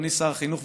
אדוני שר החינוך,